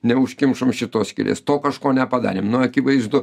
neužkimšom šitos skylės to kažko nepadarėm akivaizdu